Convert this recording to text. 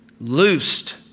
loosed